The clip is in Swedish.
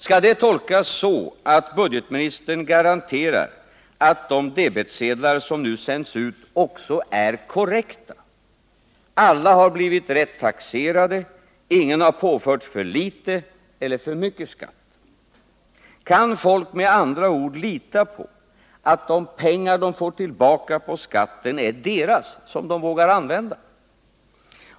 Skall det tolkas så att Ingemar Mundebo garanterar att de debetsedlar som nu sänds ut också är korrekta — alla har blivit rätt taxerade, ingen har påförts för litet eller för mycket skatt? Kan folk med andra ord lita på att de pengar de får tillbaka på skatten är deras, som de vågar använda?